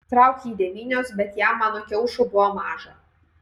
trauk jį devynios bet jam mano kiaušų buvo maža